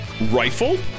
Rifle